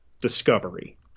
discovery